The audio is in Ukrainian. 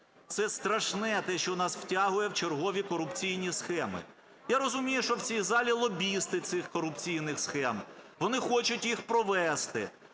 це страшне, те, що нас втягує в чергові корупційні схеми. Я розумію, що в цій залі лобісти цих корупційних схем, вони хочуть їх провести.